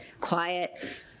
quiet